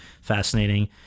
fascinating